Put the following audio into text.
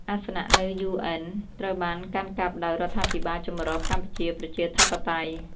អាសនៈនៅ UN ត្រូវបានកាន់កាប់ដោយរដ្ឋាភិបាលចម្រុះកម្ពុជាប្រជាធិបតេយ្យ។